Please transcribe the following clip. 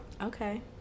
Okay